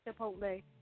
Chipotle